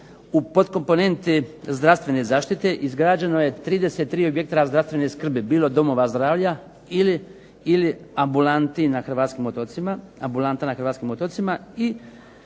u podkomponenti zdravstvene zaštite izgrađeno je 33 objekta zdravstvene skrbi, bilo domova zdravlja ili ambulanti na hrvatskim otocima.